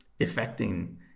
affecting